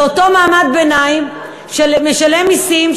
זה אותו מעמד ביניים שמשלם מסים,